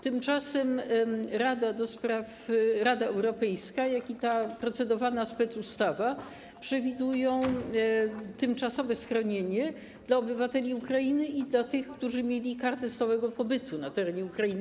Tymczasem Rada Europejska, jak i ta procedowana specustawa przewidują tymczasowe schronienie dla obywateli Ukrainy i dla tych, którzy mieli kartę stałego pobytu na terenie Ukrainy.